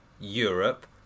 Europe